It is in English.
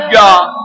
god